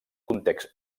context